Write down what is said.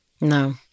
No